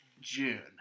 june